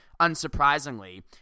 unsurprisingly